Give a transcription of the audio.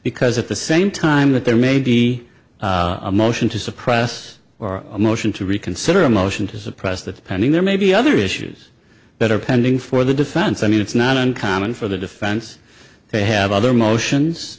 because at the same time that there may be a motion to suppress or a motion to reconsider a motion to suppress that pending there may be other issues that are pending for the defense i mean it's not uncommon for the defense they have other motions